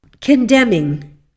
condemning